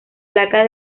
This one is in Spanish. placa